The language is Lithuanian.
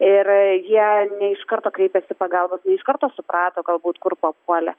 ir jie ne iš karto kreipėsi pagalbos ne iš karto suprato galbūt kur papuolė